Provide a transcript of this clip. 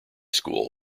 school